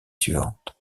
suivante